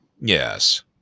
Yes